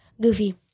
goofy